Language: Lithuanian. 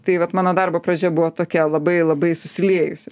tai vat mano darbo pradžia buvo tokia labai labai susiliejusi